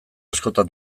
askotan